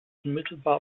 unmittelbar